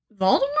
Voldemort